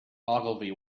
ogilvy